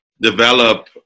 develop